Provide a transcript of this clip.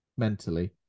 Mentally